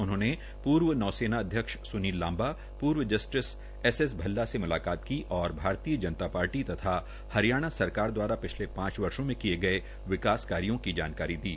उन्होंने पूर्व नौ सेना अध्यक्ष स्नील लांबा पूर्व जस्टिस एस एस भल्ला से मुलाकात की और भारतीय जनता पार्टी तथा हरियाणा सरकार द्वारा पिछले पांच वर्षो में किये गये विकास कार्यो की जानकारी दी